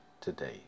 today